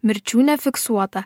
mirčių nefiksuota